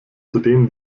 zudem